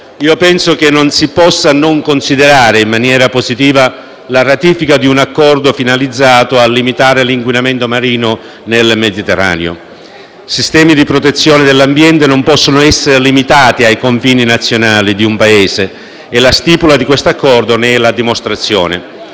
penso non si possa non considerare in maniera positiva la ratifica di un Accordo finalizzato a limitare l'inquinamento marino nel Mediterraneo. I sistemi di protezione dell'ambiente non possono essere limitati ai confini nazionali di un Paese e la stipula dell'Accordo RAMOGE ne è la dimostrazione;